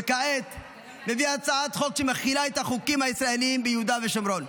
וכעת אני מביא הצעת חוק שמחילה את החוקים הישראליים ביהודה ושומרון.